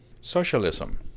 socialism